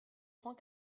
cent